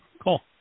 cool